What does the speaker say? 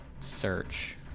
search